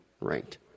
ranked